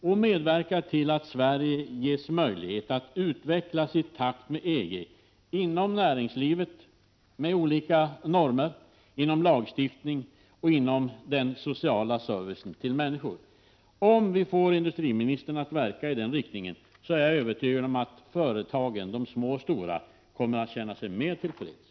Och medverka till att Sverige ges möjligheter att utvecklas i takt med EG — inom näringslivet med olika normer, inom lagstiftningen och i fråga om den sociala servicen till människor. Om vi får industriministern att verka i den riktingen är jag övertygad om att företagen, små och stora, kommer att känna sig mer till freds.